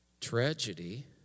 Tragedy